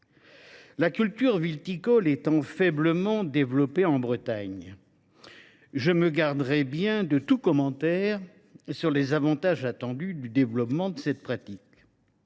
La culture viticole étant faiblement développée en Bretagne, je me garderai bien de tout commentaire sur les avantages attendus du développement de cette pratique.